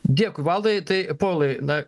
dėkui valdai tai povilai na